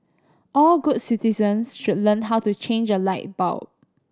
all good citizens should learn how to change a light bulb